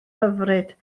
hyfryd